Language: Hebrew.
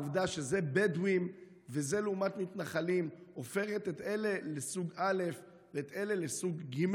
העובדה שזה בדואים וזה מתנחלים הופכת את אלה לסוג א' ואת אלה לסוג ג'?